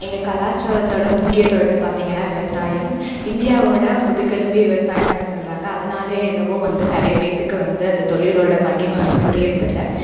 எங்கள் கலச்சாரத்தோட முக்கிய தொழில்னு பார்த்தீங்கன்னா விவசாயம் இந்தியாவோட முதுகெலும்பே விவசாயம்தான் சொல்கிறாங்க அதனாலேயே என்னவோ வந்து நிறைய பேருத்துக்கு வந்து அந்த தொழிலோட மகிமை வந்து புரிகிறதில்ல